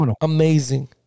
amazing